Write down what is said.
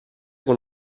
con